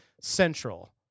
central